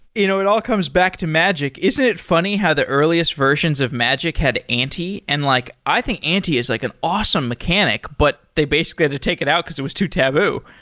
you know it all comes back to magic. isn't it funny how the earliest versions of magic had ante, and like i think ante is like an awesome mechanic. but they basically had to take it out, because it was too taboo.